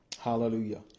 hallelujah